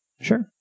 Sure